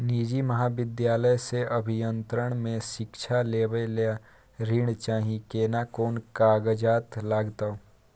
निजी महाविद्यालय से अभियंत्रण मे शिक्षा लेबा ले ऋण चाही केना कोन कागजात लागतै?